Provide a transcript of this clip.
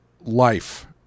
life